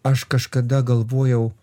aš kažkada galvojau